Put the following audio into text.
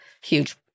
Huge